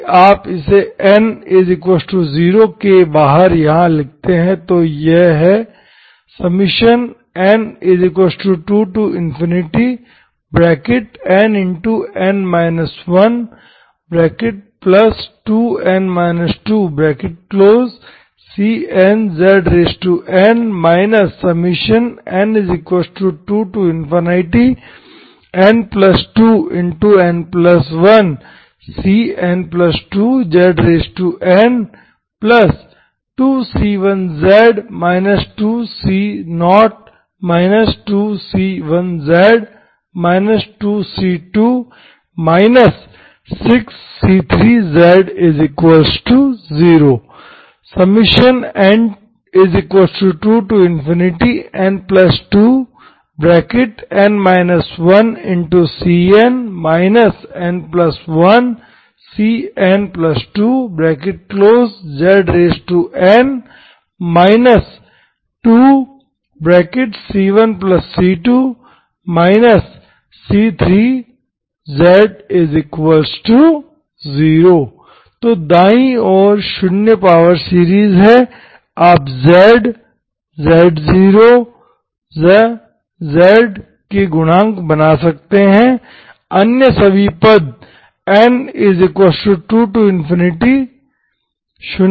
यदि आप इसे n0 के बाहर यहाँ लिखते हैं तो यह है n2nn 12n 2cnzn n2n2n1cn2zn2c1z 2c0 2c1z 2c2 6c3z0 n2n2n 1cn n1cn2zn 2c1c0 6c3z0 तो दाईं ओर शून्य पावर सीरीज है आप z z0 ज़ के गुणांक बना सकते हैं अन्य सभी पद n 2 से शून्य है